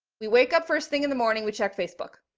we wake up first thing in the morning, we check facebook,